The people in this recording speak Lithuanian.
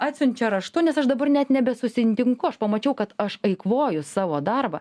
atsiunčia raštu nes aš dabar net nebesusitinku aš pamačiau kad aš eikvoju savo darbą